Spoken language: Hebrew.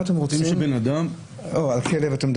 כלב?